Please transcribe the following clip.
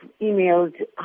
emailed